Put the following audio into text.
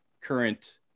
current